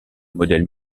modèle